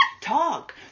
Talk